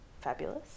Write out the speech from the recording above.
fabulous